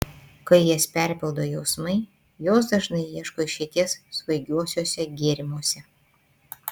kai jas perpildo jausmai jos dažnai ieško išeities svaigiuosiuose gėrimuose